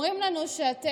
אומרים לנו שאתם